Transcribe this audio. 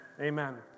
Amen